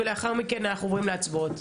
ולאחר מכן אנחנו עוברים להצבעות,